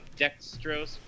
dextrose